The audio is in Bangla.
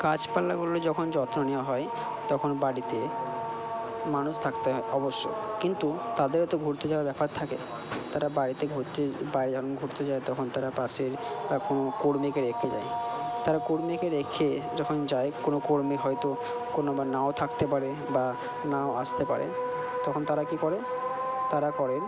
গাছপালাগুলো যখন যত্ন নেওয়া হয় তখন বাড়িতে মানুষ থাকতে হয় অবশ্যই কিন্তু তাদেরও তো ঘুরতে যাওয়ার ব্যাপার থাকে তারা বাড়িতে ঘুরতে ঘুরতে যায় তখন তারা পাশের বা কোনো কর্মীকে রেখে যায় তারা কর্মীকে রেখে যখন যায় কোনো কর্মী হয়তো কোনো বা নাও থাকতে পারে বা নাও আসতে পারে তখন তারা কি করে তারা করে